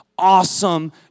awesome